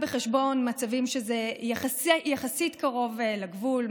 בחשבון מצבים שזה יחסית קרוב לגבול,